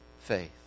faith